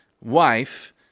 wife